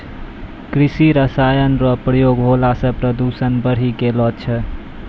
कृषि रसायन रो प्रयोग होला से प्रदूषण बढ़ी गेलो छै